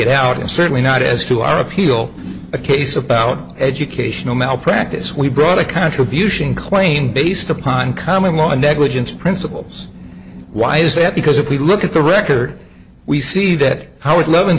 it out and certainly not as to our appeal a case about educational malpractise we brought a contribution claim based upon common law negligence principles why is that because if we look at the record we see that how i